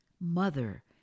mother